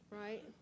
right